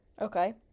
Okay